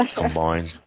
combined